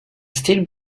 still